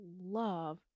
love